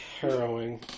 harrowing